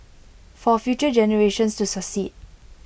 for future generations to succeed